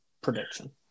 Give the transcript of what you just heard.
prediction